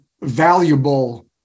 valuable